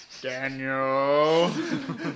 Daniel